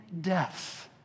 death